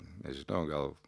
nežinau gal